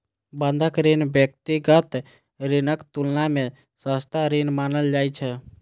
बंधक ऋण व्यक्तिगत ऋणक तुलना मे सस्ता ऋण मानल जाइ छै